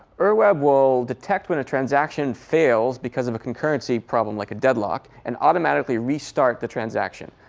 ur web will detect when a transaction fails because of a concurrency problem, like a deadlock, and automatically restart the transaction.